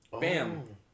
Bam